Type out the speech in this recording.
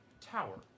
tower